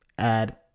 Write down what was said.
add